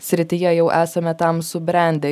srityje jau esame tam subrendę